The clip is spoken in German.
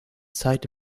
zeit